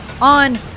on